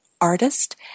artist